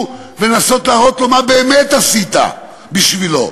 ולנסות להראות לו מה באמת עשית בשבילו,